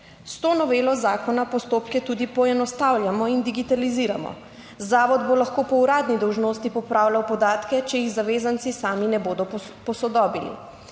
S to novelo zakona postopke tudi poenostavljamo in digitaliziramo. Zavod bo lahko po uradni dolžnosti popravljal podatke, če jih zavezanci sami ne bodo posodobili.